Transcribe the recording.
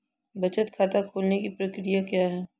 बचत खाता खोलने की प्रक्रिया क्या है?